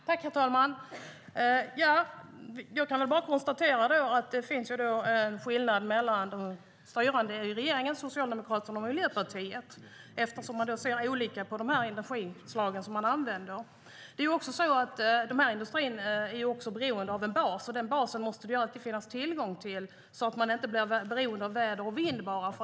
Herr talman! Jag kan bara konstatera att det finns en skillnad mellan de styrande i regeringen - Socialdemokraterna och Miljöpartiet - eftersom de ser olika på de energislag som används. Industrin är beroende av en bas, och den basen måste det alltid finnas tillgång till så att man inte blir beroende av enbart väder och vind.